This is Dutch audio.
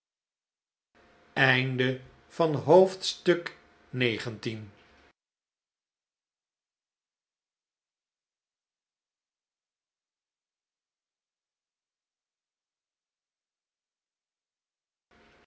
voorkomen van het